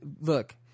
Look